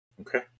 Okay